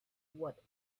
what